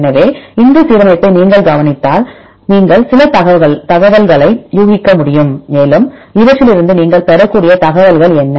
எனவே இந்த சீரமைப்பை நீங்கள் கவனித்தால் நீங்கள் சில தகவல்களை ஊகிக்க முடியும் மேலும் இவற்றிலிருந்து நீங்கள் பெறக்கூடிய தகவல்கள் என்ன